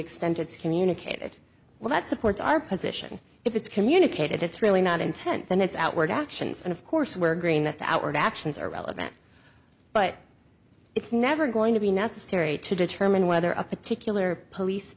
extent it's communicated well that supports our position if it's communicated it's really not intent than it's outward actions and of course we're green with outward actions are relevant but it's never going to be necessary to determine whether a particular police